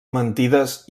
mentides